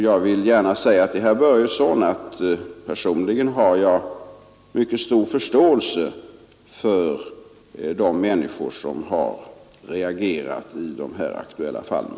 Jag vill gärna säga till herr Börjesson att personligen har jag mycket stor förståelse för de människor som har reagerat i de aktuella fallen.